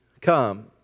come